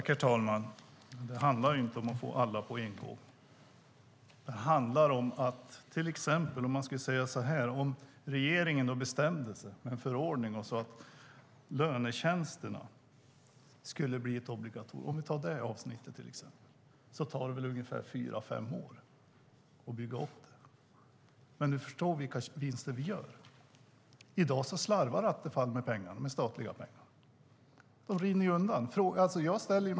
Herr talman! Det handlar inte om att få alla på en gång. Om regeringen till exempel skulle besluta om en förordning om obligatoriska lönetjänster skulle det väl ta ungefär fyra fem år att bygga upp det. Du förstår vilka vinster vi gör, Attefall. I dag slarvar du med statliga pengar. De rinner undan.